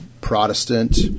Protestant